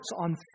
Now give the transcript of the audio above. on